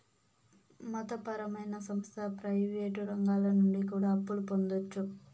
మత పరమైన సంస్థ ప్రయివేటు రంగాల నుండి కూడా అప్పులు పొందొచ్చు